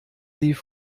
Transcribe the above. sie